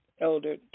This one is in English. Elder